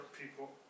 people